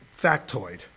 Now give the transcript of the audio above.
factoid